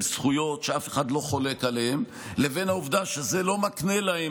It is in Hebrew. זכויות שאף אחד לא חולק עליהן לבין העובדה שזה לא מקנה להם